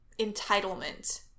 entitlement